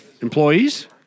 employees